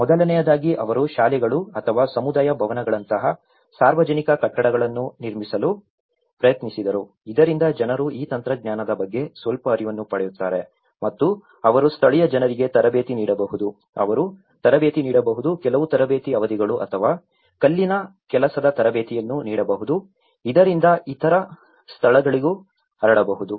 ಮೊದಲನೆಯದಾಗಿ ಅವರು ಶಾಲೆಗಳು ಅಥವಾ ಸಮುದಾಯ ಭವನಗಳಂತಹ ಸಾರ್ವಜನಿಕ ಕಟ್ಟಡಗಳನ್ನು ನಿರ್ಮಿಸಲು ಪ್ರಯತ್ನಿಸಿದರು ಇದರಿಂದ ಜನರು ಈ ತಂತ್ರಜ್ಞಾನದ ಬಗ್ಗೆ ಸ್ವಲ್ಪ ಅರಿವನ್ನು ಪಡೆಯುತ್ತಾರೆ ಮತ್ತು ಅವರು ಸ್ಥಳೀಯ ಜನರಿಗೆ ತರಬೇತಿ ನೀಡಬಹುದು ಅವರು ತರಬೇತಿ ನೀಡಬಹುದು ಕೆಲವು ತರಬೇತಿ ಅವಧಿಗಳು ಅಥವಾ ಕಲ್ಲಿನ ಕೆಲಸದ ತರಬೇತಿಯನ್ನು ನೀಡಬಹುದು ಇದರಿಂದ ಇತರ ಸ್ಥಳಗಳಿಗೂ ಹರಡಬಹುದು